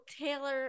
Taylor